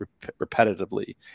repetitively